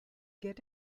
get